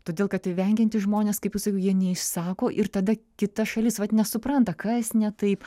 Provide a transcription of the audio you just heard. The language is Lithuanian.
todėl kad vengiantys žmonės kaip jau sakiau jie neišsako ir tada kita šalis vat nesupranta kas ne taip